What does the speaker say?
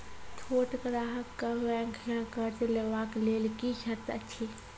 छोट ग्राहक कअ बैंक सऽ कर्ज लेवाक लेल की सर्त अछि?